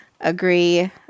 agree